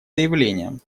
заявлением